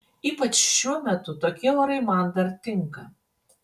ypač šiuo metu tokie orai man dar tinka